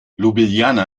ljubljana